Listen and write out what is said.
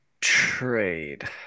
trade